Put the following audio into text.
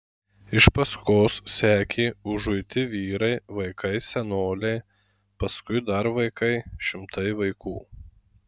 iš paskos sekė užuiti vyrai vaikai senoliai paskui dar vaikai šimtai vaikų